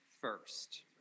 first